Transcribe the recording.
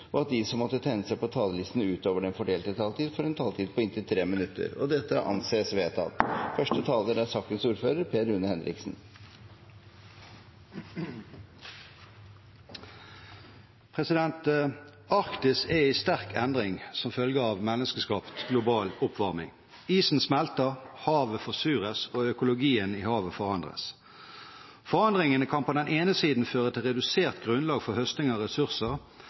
og at de som måtte tegne seg på talerlisten utover den fordelte taletid, får en taletid på inntil 3 minutter. – Det anses vedtatt. Arktis er i sterk endring som følge av menneskeskapt global oppvarming. Isen smelter, havet forsures, og økologien i havet forandres. Forandringene kan på den ene siden føre til redusert grunnlag for høsting av ressurser,